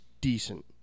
decent